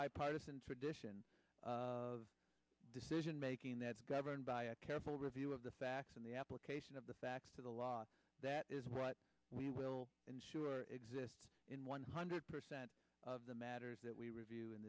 tradition of decision making that's governed by a careful review of the facts and the application of the facts to the law that is what we will ensure exists in one hundred percent of the matters that we review in